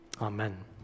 Amen